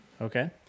Okay